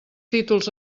títols